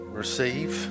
receive